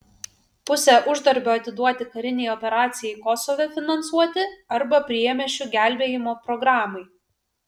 pusę uždarbio atiduoti karinei operacijai kosove finansuoti arba priemiesčių gelbėjimo programai